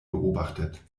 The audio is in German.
beobachtet